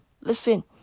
Listen